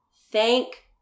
thank